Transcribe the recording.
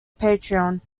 patron